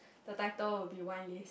the title will be wine list